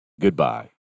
Goodbye